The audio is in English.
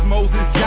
Moses